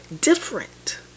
different